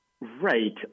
Right